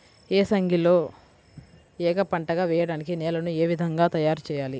ఏసంగిలో ఏక పంటగ వెయడానికి నేలను ఏ విధముగా తయారుచేయాలి?